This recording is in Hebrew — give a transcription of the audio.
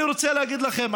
אני רוצה להגיד לכם,